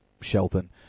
Shelton